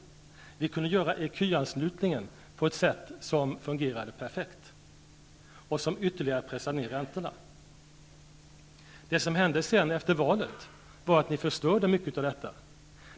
ECU-anslutningen kunde genomföras på ett sätt som fungerade perfekt, vilket ytterligare pressade ner räntorna. Det som sedan hände efter valet var att ni förstörde mycket av detta.